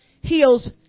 heals